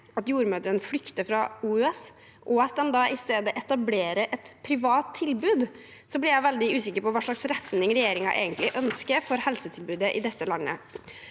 at jordmødrene flykter fra OUS og at de i stedet etablerer et privat tilbud, blir jeg veldig usikker på hva slags retning regjeringen egentlig ønsker for helsetilbudet i dette landet.